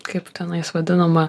kaip tenais vadinama